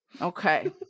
Okay